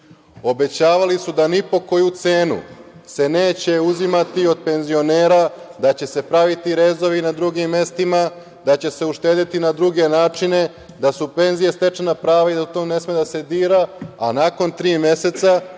Obećavali su da ni po koju cenu se neće uzimati od penzionera, da će se praviti rezovi na drugim mestima, da će se uštedeti na druge načine, da su penzije stečena prava i da u to ne sme da se dira, a nakon tri meseca